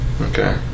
Okay